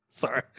Sorry